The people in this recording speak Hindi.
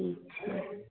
अच्छा